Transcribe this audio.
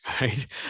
right